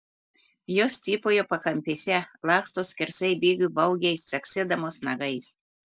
jos cypauja pakampėse laksto skersai bėgių baugiai caksėdamos nagais